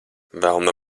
velna